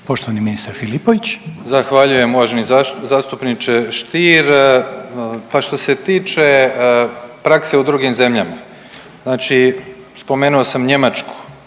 Davor (HDZ)** Zahvaljujem uvaženi zastupniče Stier. Pa što se tiče prakse u drugim zemljama, znači spomenuo sam Njemačku,